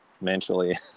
mentally